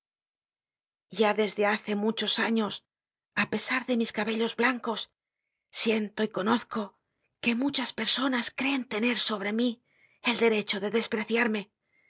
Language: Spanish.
ya desde hace muchos años á pesar de mi cabellos blancos siento y conozco que muchas personas creen tener sobre mí el derecho de despreciarme